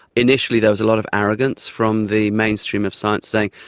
initially there was a lot of arrogance from the mainstream of science saying,